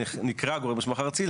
נקרא גורם מוסמך ארצי,